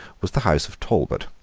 was the house of talbot.